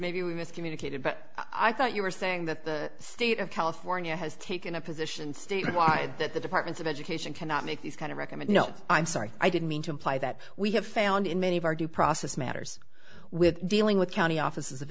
maybe we miss communicated but i thought you were saying that the state of california has taken a position statewide that the department of education cannot make these kind of recommend no i'm sorry i didn't mean to imply that we have found in many of our due process matters with dealing with county offices of